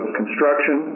construction